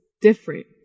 different